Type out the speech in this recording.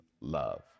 love